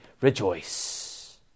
rejoice